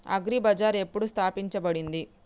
Agri bazaar ఎప్పుడు స్థాపించబడింది?